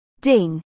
ding